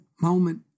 moment